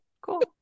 cool